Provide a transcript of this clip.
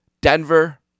Denver